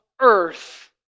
earth